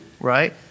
right